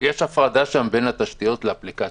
יש הפרדה שם בין התשתיות לאפליקציה,